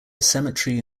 cemetery